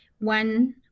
one